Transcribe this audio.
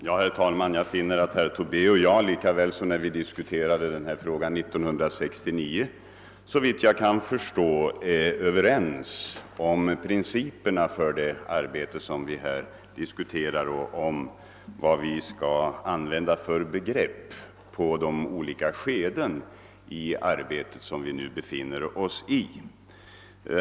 Herr talman! Jag finner att herr Tobé och jag lika väl som när vi diskuterade denna fråga 1969 är överens om principerna för detta arbete och om vad vi skall använda för beteckning för det skede av arbetet som vi nu befinner oss i.